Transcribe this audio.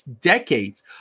decades